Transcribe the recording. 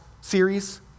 series